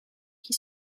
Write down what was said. qui